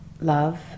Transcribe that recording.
love